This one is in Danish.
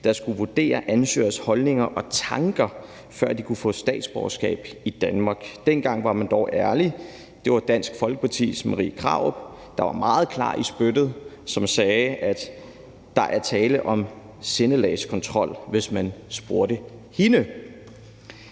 der skulle vurdere ansøgeres holdninger og tanker, før de kunne få et statsborgerskab i Danmark. Dengang var man dog ærlig. For dengang var Dansk Folkepartis Marie Krarup meget klar i spyttet og sagde, at der, hvis man spurgte hende,